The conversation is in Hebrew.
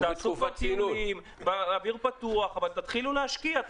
תעשו כבר טיולים באוויר הפתוח אבל תתחילו להשקיע,